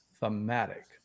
thematic